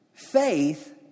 Faith